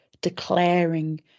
declaring